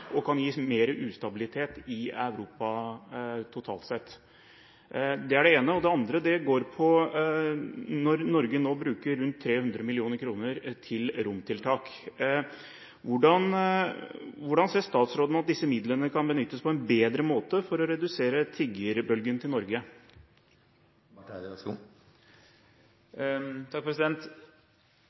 og kan gi mer ustabilitet i Europa totalt sett? – Det er det ene. Det andre: Når Norge nå bruker rundt 300 mill. kr til romtiltak, hvordan ser statsråden at disse midlene kan benyttes på en bedre måte for å redusere tiggerbølgen til Norge?